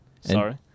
Sorry